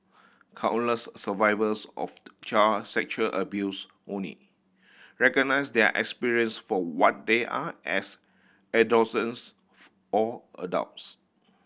countless survivors of child sexual abuse only recognise their experience for what they are as or adults